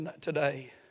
today